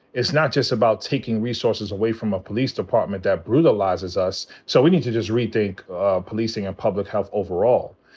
it's not just about taking resources away from a police department that brutalizes us. so we need to just rethink policing and public health overall.